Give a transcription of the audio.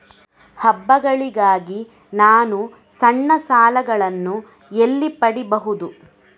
ಹಬ್ಬಗಳಿಗಾಗಿ ನಾನು ಸಣ್ಣ ಸಾಲಗಳನ್ನು ಎಲ್ಲಿ ಪಡಿಬಹುದು?